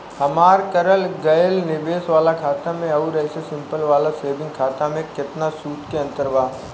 हमार करल गएल निवेश वाला खाता मे आउर ऐसे सिंपल वाला सेविंग खाता मे केतना सूद के अंतर बा?